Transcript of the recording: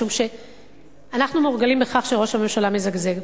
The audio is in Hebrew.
משום שאנחנו מורגלים בכך שראש הממשלה מזגזג.